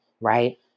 right